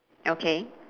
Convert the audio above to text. okay